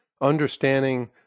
understanding